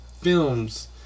films